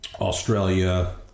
Australia